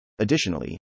Additionally